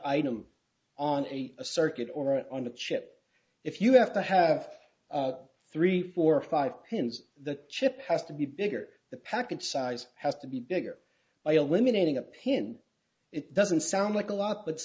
item on a circuit or on a chip if you have to have three four or five pins the chip has to be bigger the package size has to be bigger by eliminating a pin it doesn't sound like a lot but